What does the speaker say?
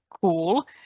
cool